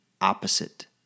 opposite